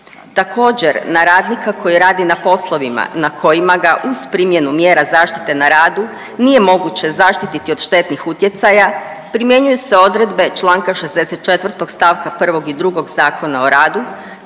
Također na radnika koji radi na poslovima na kojima ga uz primjenu mjera zaštite na radu nije moguće zaštititi od štetnih utjecaja primjenjuju se odredbe članka 64. stavka 1. i 2. Zakona o radu